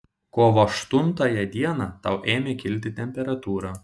kovo aštuntąją dieną tau ėmė kilti temperatūra